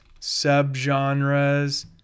subgenres